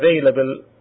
available